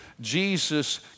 Jesus